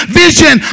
vision